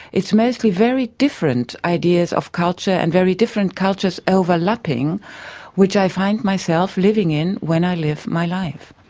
it's mostly very different ideas of culture and very different cultures overlapping which i find myself living in when i live my life.